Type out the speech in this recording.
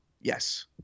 Yes